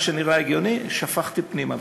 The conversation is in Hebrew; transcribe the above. מה שנראה הגיוני, שפכתי פנימה.